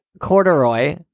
corduroy